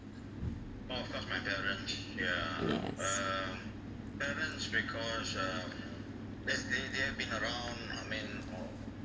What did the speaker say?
yes